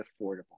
affordable